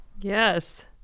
Yes